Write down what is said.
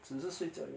只是睡觉而已